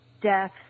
death